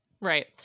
right